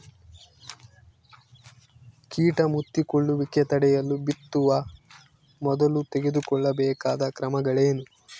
ಕೇಟ ಮುತ್ತಿಕೊಳ್ಳುವಿಕೆ ತಡೆಯಲು ಬಿತ್ತುವ ಮೊದಲು ತೆಗೆದುಕೊಳ್ಳಬೇಕಾದ ಕ್ರಮಗಳೇನು?